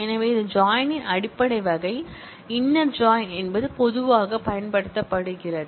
எனவே இது ஜாயின் ன் அடிப்படை வகை இன்னர் ஜாயின் என்பது பொதுவாகப் பயன்படுத்தப்படுகிறது